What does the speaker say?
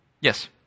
yes